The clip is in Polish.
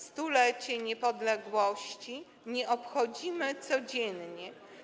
Stulecia niepodległości nie obchodzimy codziennie.